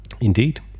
indeed